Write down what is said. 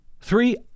three